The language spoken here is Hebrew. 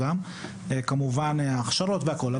כמובן הכשרות וכולי.